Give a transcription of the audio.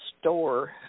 store